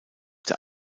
der